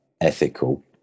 ethical